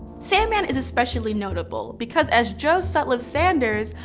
sandman is especially notable because as joe sutliff sanders,